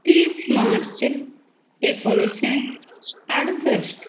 तीस मार्च एकोणिशें आडसश्ट